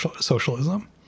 socialism